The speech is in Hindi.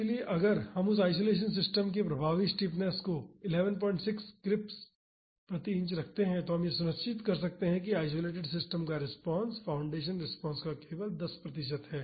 इसलिए अगर हम उस आइसोलेशन सिस्टम की प्रभावी स्टिफनेस को 116 किप्स प्रति इंच रखते हैं तो हम यह सुनिश्चित कर सकते हैं कि आइसोलेटेड सिस्टम का रिस्पांस फाउंडेशन रिस्पांस का केवल 10 प्रतिशत है